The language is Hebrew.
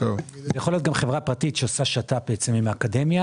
יכול להיות גם חברה פרטית שעושה שת"פ בעצם עם האקדמיה,